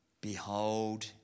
Behold